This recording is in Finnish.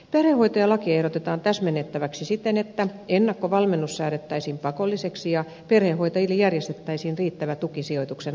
perhehoitajalakia ehdotetaan täsmennettäväksi siten että ennakkovalmennus säädettäisiin pakolliseksi ja perhehoitajille järjestettäisiin riittävä tuki sijoituksen aikana